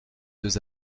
deux